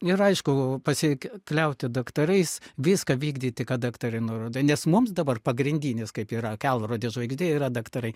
ir aišku pasikliauti daktarais viską vykdyti ką daktarai nurodo nes mums dabar pagrindinis kaip yra kelrodė žvaigždė yra daktarai